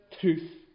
truth